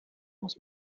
aus